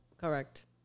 Correct